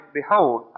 behold